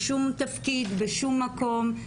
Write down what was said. בשום תפקיד ובשום מקום.